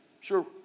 Sure